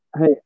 hey